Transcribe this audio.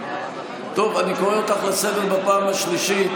טוב, אני קורא אותך לסדר פעם שלישית.